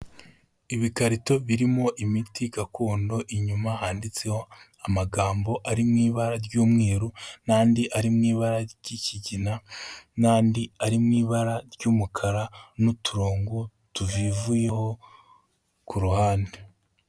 Ibikarito birimo imiti gakondo, inyuma handitseho amagambo ari mu ibara ry'umweru n'andi ari mu ibara ry'ikigina n'andi ari mu ibara ry'umukara n'uturongo tuvivuyeho ku ruhande.